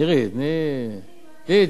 מירי, תני אני,